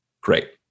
Great